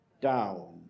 down